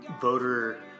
voter